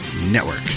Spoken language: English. Network